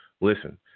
listen